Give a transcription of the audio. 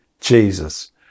Jesus